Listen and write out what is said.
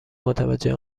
متوجه